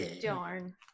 Darn